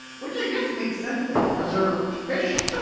which i guess makes sense, they're preserved fish